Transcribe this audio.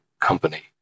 company